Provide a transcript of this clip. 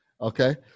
Okay